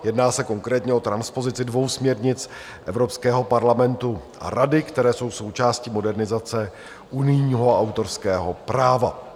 Jedná se konkrétně o transpozici dvou směrnic Evropského parlamentu a Rady, které jsou součástí modernizace unijního autorského práva.